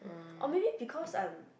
or maybe because I am